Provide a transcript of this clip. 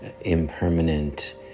impermanent